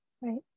Right